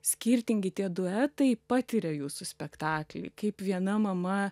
skirtingi tie duetai patiria jūsų spektaklį kaip viena mama